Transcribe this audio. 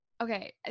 okay